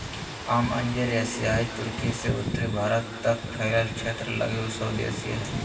आम अंजीर एशियाई तुर्की से उत्तरी भारत तक फैलल क्षेत्र लगी स्वदेशी हइ